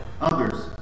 others